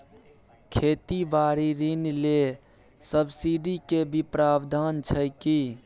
खेती बारी ऋण ले सब्सिडी के भी प्रावधान छै कि?